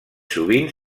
sovint